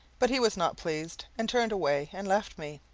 but he was not pleased, and turned away and left me.